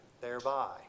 thereby